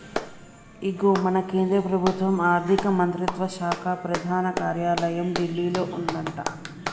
ఇగో మన కేంద్ర ప్రభుత్వ ఆర్థిక మంత్రిత్వ శాఖ ప్రధాన కార్యాలయం ఢిల్లీలో ఉందట